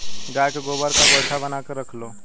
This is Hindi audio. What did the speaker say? गाय के गोबर का गोएठा बनाकर रख लो